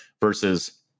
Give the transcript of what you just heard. versus